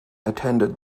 attended